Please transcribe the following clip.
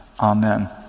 amen